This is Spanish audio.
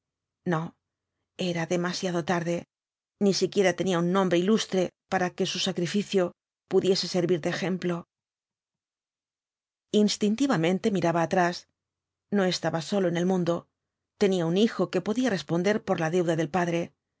no era demasiado tarde ni siquiera tenía un nombre ilustre para que su sacrificio pudiese servir de ejemplo instintivamente miraba atrás no estaba solo en el mundo tenía un hijo que podía responder por la deuda del padre